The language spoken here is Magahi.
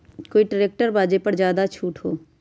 कोइ ट्रैक्टर बा जे पर ज्यादा छूट हो?